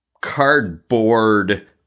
cardboard